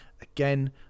again